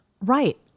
Right